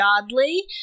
godly